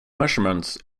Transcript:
measurements